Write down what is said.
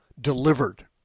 delivered